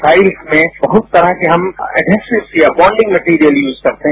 sides में बहुत तरह के हम अड्हेसिवस या बॉन्डिंग मेटेरियल यूज करते हैं